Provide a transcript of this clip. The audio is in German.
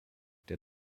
der